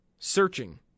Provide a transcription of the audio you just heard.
searching